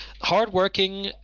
hardworking